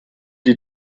die